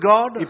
God